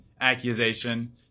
accusation